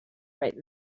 right